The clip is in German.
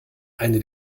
eine